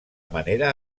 manera